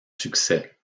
succès